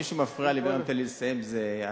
מי שמפריע לי ולא נותן לי לסיים זה אתה.